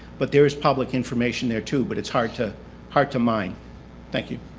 but there is public information there, too, but it's hard to hard to mine. thank you.